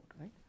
right